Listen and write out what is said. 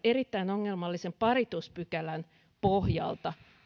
erittäin ongelmallisen parituspykälän pohjalta